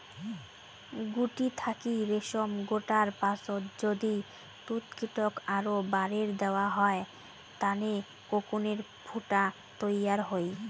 গুটি থাকি রেশম গোটার পাচত যদি তুতকীটক আরও বারের দ্যাওয়া হয় তানে কোকুনের ফুটা তৈয়ার হই